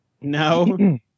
No